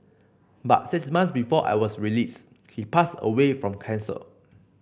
but six months before I was released he passed away from cancer